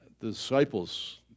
disciples